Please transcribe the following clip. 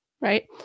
right